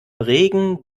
regen